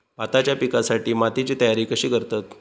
भाताच्या पिकासाठी मातीची तयारी कशी करतत?